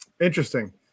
interesting